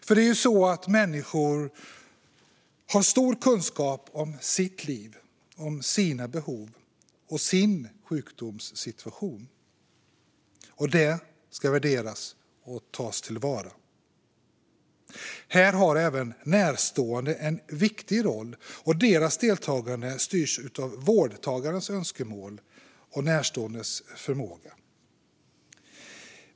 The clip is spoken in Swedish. För det är ju så att människor har stor kunskap om sitt liv, sina behov och sin sjukdomssituation. Det ska värderas och tillvaratas. Här har även närstående en viktig roll, och deras deltagande styrs av vårdtagarens önskemål och de närståendes förmåga.